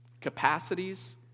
capacities